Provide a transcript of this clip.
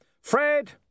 Fred